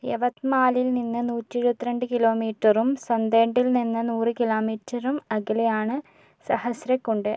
യവത്മാലിൽ നിന്ന് നൂറ്റെഴുപത്രണ്ട് കിലോമീറ്ററും സന്ദേഡിൽ നിന്ന് നൂറ് കിലോമീറ്ററും അകലെയാണ് സഹസ്രകുണ്ഡ്